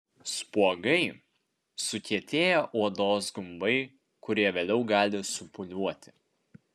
spuogai sukietėję odos gumbai kurie vėliau gali supūliuoti